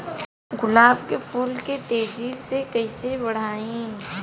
गुलाब के फूल के तेजी से कइसे बढ़ाई?